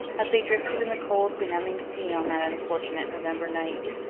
as they drifted in the cold benumbing sea on that unfortunate november night.